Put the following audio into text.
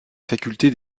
faculté